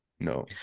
No